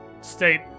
state